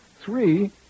Three